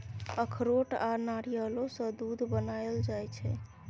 अखरोट आ नारियलो सँ दूध बनाएल जाइ छै